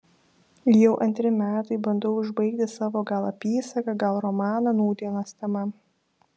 jau antri metai bandau užbaigti savo gal apysaką gal romaną nūdienos tema